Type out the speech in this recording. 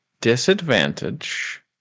disadvantage